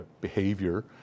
behavior